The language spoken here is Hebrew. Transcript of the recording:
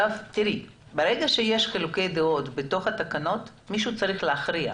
ברגע שיש חילוקי דעות בעניין התקנות מישהו צריך להכריע.